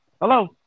Hello